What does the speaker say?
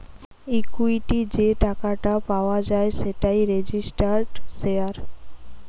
equity যে টাকাটা পাওয়া যায় সেটাই রেজিস্টার্ড শেয়ার